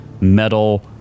metal